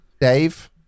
Dave